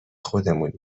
خودمون